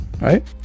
right